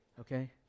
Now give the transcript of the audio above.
Okay